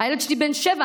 הילד שלי בן שבע.